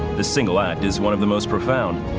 the single act is one of the most profound,